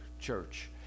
church